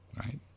right